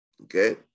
okay